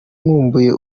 nkumbuye